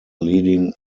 leading